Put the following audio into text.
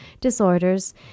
disorders